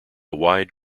wide